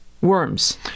worms